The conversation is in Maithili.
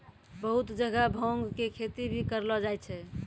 बहुत जगह भांग के खेती भी करलो जाय छै